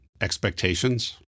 expectations